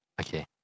okay